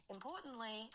Importantly